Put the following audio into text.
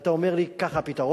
ואתה אומר לי: כך הפתרון,